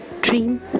dream